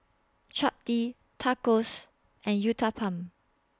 Chapati Tacos and Uthapam